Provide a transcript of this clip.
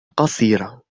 قصيرة